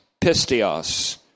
pistios